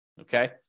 Okay